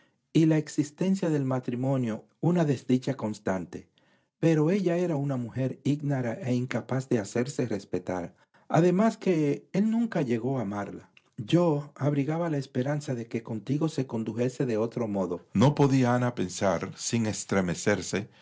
y la existencia del matrimonio una desdicha constante pero ella era una mujer ignara e incapaz de hacerse respetar además que él nunca llegó a amarla yo abrigaba la esperanza de que contigo se condujese de otro modo no podía ana pensar sin estremecerse